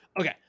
okay